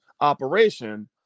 operation